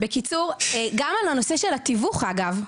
בקיצור, גם על הנושא של התיווך אגב,